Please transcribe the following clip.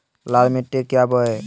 लाल मिट्टी क्या बोए?